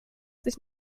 sich